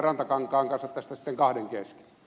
rantakankaan kanssa tästä sitten kahden kesken